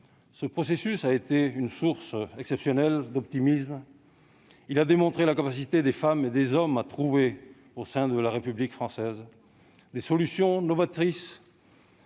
inédit, qui a été une source exceptionnelle d'optimisme. Il a démontré la capacité des femmes et des hommes à trouver, au sein de la République française, des solutions novatrices